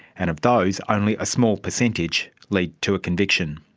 and of those, only a small percentage lead to a conviction.